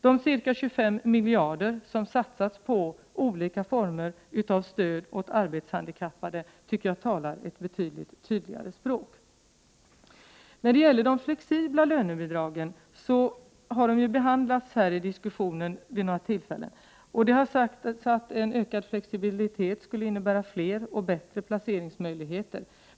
De ca 25 miljarder som satsats på olika former av stöd åt arbetshandikappade talar enligt min mening ett betydligt tydligare språk. Flexibla lönebidrag har nämnts vid några tillfällen tidigare. Det har sagts att ökad flexibilitet skulle innebära fler och bättre placeringsmöjligheter.